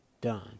done